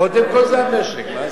קודם כול זה המשק, מה זה?